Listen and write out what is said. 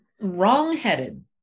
wrong-headed